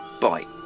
Bye